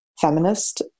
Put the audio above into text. feminist